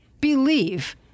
believe